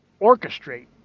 orchestrate